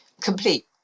complete